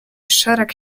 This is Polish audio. szereg